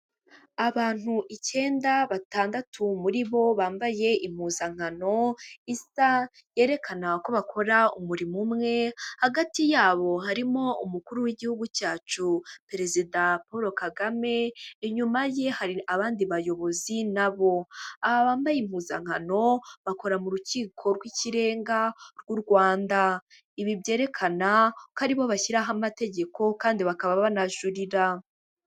Abantu icyenda, batandatu muri bo bambaye impuzankano isa, yerekana ko bakora umurimo umwe, hagati yabo harimo umukuru w'igihugu cyacu perezida Paul Kagame, inyuma ye hari abandi bayobozi na bo, aba bambaye impuzankano bakora mu rukiko rw'ikirenga rw'u Rwanda, ibi byerekana ko ari bo bashyiraho amategeko kandi bakaba banajurira.